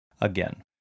again